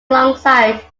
alongside